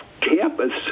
campus